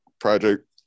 Project